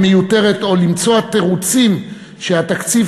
או למצוא תירוצים שהתקציב,